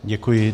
Děkuji.